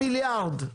מיליארד.